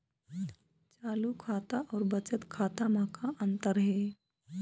चालू खाता अउ बचत खाता म का अंतर हे?